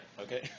Okay